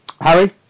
Harry